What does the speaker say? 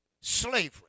slavery